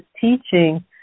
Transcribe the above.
teaching